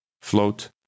Float